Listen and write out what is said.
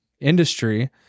industry